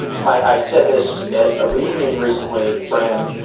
my i said this at a reunion recently for him,